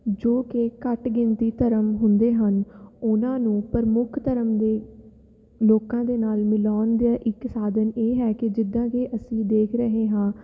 ਜੋ ਕਿ ਘੱਟ ਗਿਣਤੀ ਧਰਮ ਹੁੰਦੇ ਹਨ ਉਹਨਾਂ ਨੂੰ ਪ੍ਰਮੁੱਖ ਧਰਮ ਦੇ ਲੋਕਾਂ ਦੇ ਨਾਲ ਮਿਲਾਉਣ ਦਾ ਇੱਕ ਸਾਧਨ ਇਹ ਹੈ ਕਿ ਜਿੱਦਾਂ ਕਿ ਅਸੀਂ ਦੇਖ ਰਹੇ ਹਾਂ